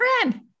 friend